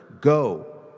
go